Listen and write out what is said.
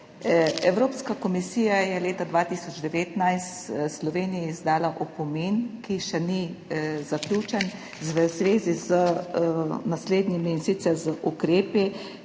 Evropska komisija je leta 2019 Sloveniji izdala opomin, ki še ni zaključen, v zvezi z naslednjimi ukrepi,